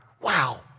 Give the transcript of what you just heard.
wow